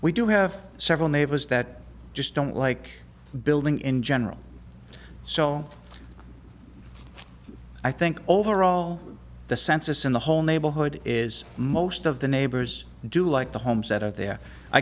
we do have several neighbors that just don't like building in general so i think overall the census in the whole neighborhood is most of the neighbors do like the homes that are there i